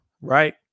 Right